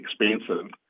expensive